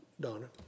Donna